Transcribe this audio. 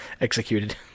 executed